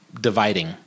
dividing